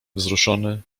wzruszony